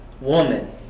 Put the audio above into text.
woman